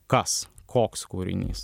kas koks kūrinys